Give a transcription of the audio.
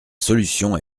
solution